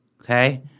okay